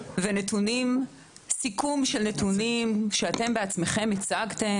כדאי שגם בעולם ילמדו ויעשו אותו.